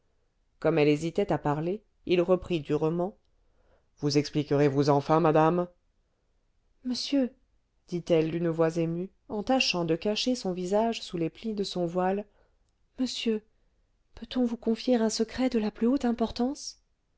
comme elle hésitait à parler il reprit durement vous expliquerez vous enfin madame monsieur dit-elle d'une voix émue en tâchant de cacher son visage sous les plis de son voile monsieur peut-on vous confier un secret de la plus haute importance